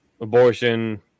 abortion